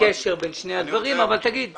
אין קשר בין שני הדברים, אבל תגיד.